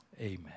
Amen